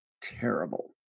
terrible